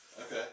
Okay